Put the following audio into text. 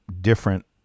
different